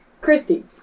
christy